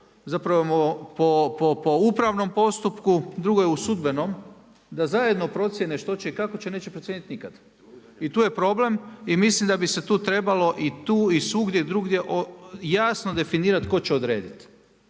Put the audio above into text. zapravo po upravnom postupku, drugo je u sudbenom da zajedno procijene što će i kako će, neće procijeniti nikad. I tu je problem i mislim da bi se tu trebalo i tu i svugdje drugdje jasno definirati tko će odrediti.